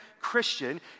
Christian